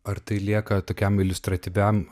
ar tai lieka tokiam iliustratyviam